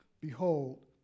Behold